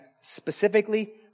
specifically